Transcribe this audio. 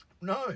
No